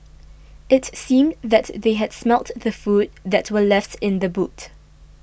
it seemed that they had smelt the food that were left in the boot